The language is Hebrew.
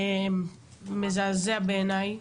מזעזע בעייני,